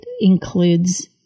includes